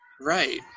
right